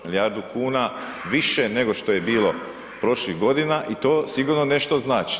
Milijardu kuna više nego što je bilo prošlih godina i to sigurno nešto znači.